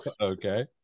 Okay